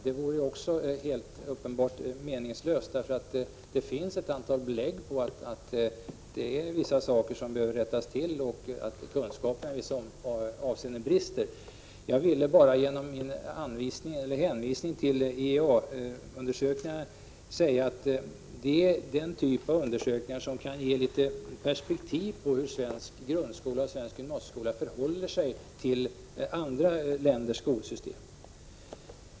Det vore ju också uppenbarligen meningslöst, för det finns ett antal belägg för att vissa saker behöver rättas till och att kunskaperna i vissa avseenden brister. Jag ville bara genom min hänvisning till IEA-undersökningarna säga att det är en typ av undersökningar som kan ge litet perspektiv på hur svensk grundskola och gymnasieskola förhåller sig till andra länders skolsystem.